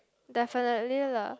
definitely lah